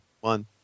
One